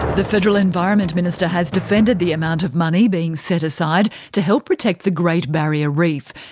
the federal environment minister has defended the amount of money being set aside to help protect the great barrier reef.